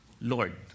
Lord